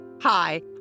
Hi